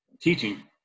teaching